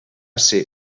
ser